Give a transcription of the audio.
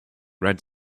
red